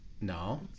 No